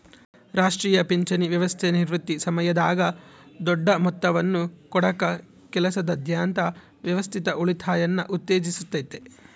ರಾಷ್ಟ್ರೀಯ ಪಿಂಚಣಿ ವ್ಯವಸ್ಥೆ ನಿವೃತ್ತಿ ಸಮಯದಾಗ ದೊಡ್ಡ ಮೊತ್ತವನ್ನು ಕೊಡಕ ಕೆಲಸದಾದ್ಯಂತ ವ್ಯವಸ್ಥಿತ ಉಳಿತಾಯನ ಉತ್ತೇಜಿಸುತ್ತತೆ